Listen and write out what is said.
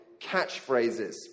catchphrases